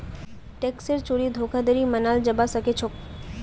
टैक्सेर चोरी धोखाधड़ी मनाल जाबा सखेछोक